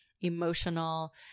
emotional